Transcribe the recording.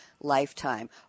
lifetime